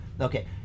Okay